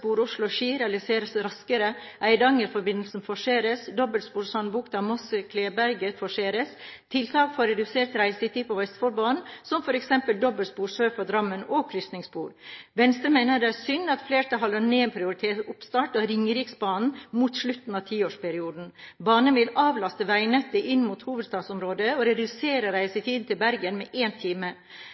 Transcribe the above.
realiseres raskere Eidanger-forbindelsen forseres dobbeltspor Sandbukta–Moss–Kleberget forseres tiltak for redusert reisetid på Vestfoldbanen, som f.eks. dobbeltspor sør for Drammen og krysningsspor Venstre mener det er synd at flertallet har nedprioritert oppstart av Ringeriksbanen mot slutten av tiårsperioden. Banen vil avlaste veinettet inn mot hovedstadsområdet og redusere reisetiden til Bergen med en time.